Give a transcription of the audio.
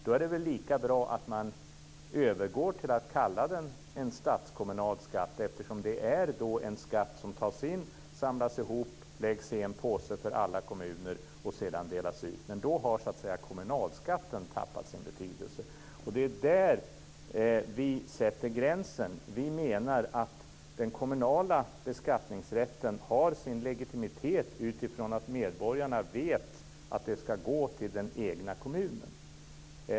Då är det väl lika bra att man övergår till att kalla den för en statskommunal skatt, eftersom det är en skatt som tas in, samlas ihop och läggs i en påse för alla kommuner och sedan delas ut. Men då har kommunalskatten förlorat sin betydelse. Det är där vi sätter gränsen. Vi menar att den kommunala beskattningsrätten har sin legitimitet utifrån att medborgarna vet att det här ska gå till den egna kommunen.